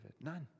None